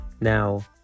Now